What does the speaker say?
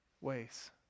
ways